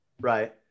right